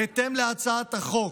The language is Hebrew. בהתאם להצעת החוק,